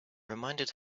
reminded